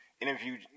interviewed